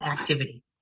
activity